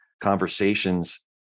conversations